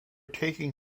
taking